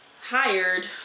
hired